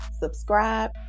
subscribe